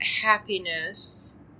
happiness